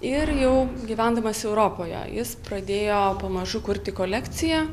ir jau gyvendamas europoje jis pradėjo pamažu kurti kolekciją